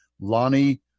Lonnie